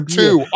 two